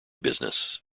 business